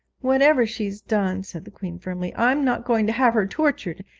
whatever she's done said the queen, firmly, i'm not going to have her tortured!